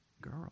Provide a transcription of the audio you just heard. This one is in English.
girl